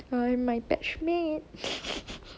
I my batchmate